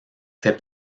fait